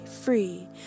free